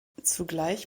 zugleich